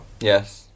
Yes